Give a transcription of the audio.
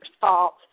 fault